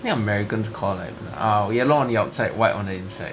I think the americans call like banana oh yellow on the outside white on the inside